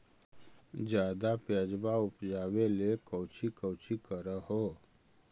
ज्यादा प्यजबा उपजाबे ले कौची कौची कर हो?